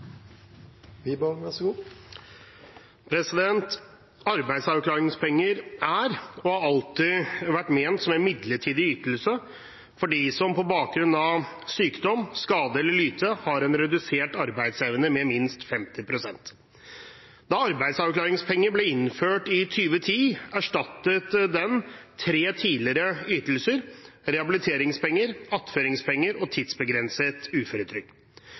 og har alltid vært ment som en midlertidig ytelse for dem som på bakgrunn av sykdom, skade eller lyte har en redusert arbeidsevne på minst 50 pst. Da ordningen med arbeidsavklaringspenger ble innført i 2010, erstattet den tre tidligere ytelser – rehabiliteringspenger, attføringspenger og tidsbegrenset uføretrygd.